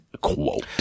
quote